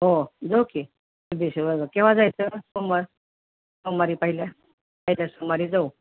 हो जो की बं केव्हा जायचं सोमवार सोमवारी पहिल्या पहिल्या सोमवारी जाऊ